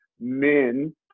men